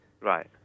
Right